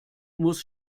muss